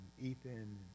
Ethan